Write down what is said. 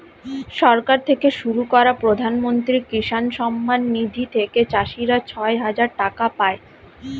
সরকার থেকে শুরু করা প্রধানমন্ত্রী কিষান সম্মান নিধি থেকে চাষীরা ছয় হাজার টাকা পায়